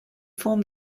form